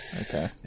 Okay